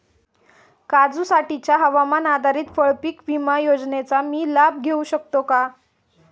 काजूसाठीच्या हवामान आधारित फळपीक विमा योजनेचा मी लाभ घेऊ शकतो का?